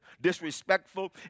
disrespectful